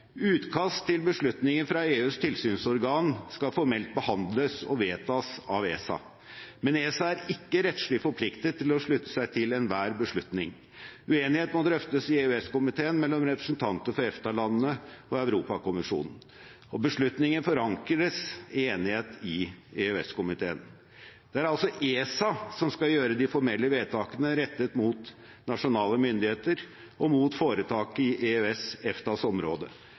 Utkast til beslutninger fra EUs tilsynsorgan skal formelt behandles og vedtas av ESA, men ESA er ikke rettslig forpliktet til å slutte seg til enhver beslutning. Uenighet må drøftes i EØS-komiteen mellom representanter for EFTA-landene og Europakommisjonen, og beslutninger forankres i enighet i EØS-komiteen. Det er altså ESA som skal gjøre de formelle vedtakene rettet mot nasjonale myndigheter og mot foretak i